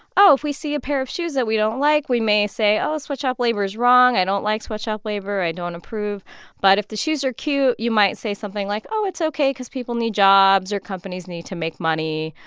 oh, if we see a pair of shoes that we don't like, we may say, oh, sweatshop labor is wrong. i don't like sweatshop labor. i don't approve but if the shoes are cute, you might say something like, oh, it's ok because people need jobs or companies need to make money.